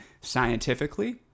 scientifically